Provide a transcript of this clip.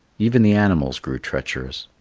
even the animals grew treacherous.